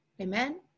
amen